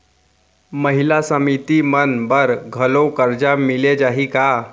महिला समिति मन बर घलो करजा मिले जाही का?